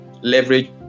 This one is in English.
leverage